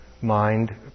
mind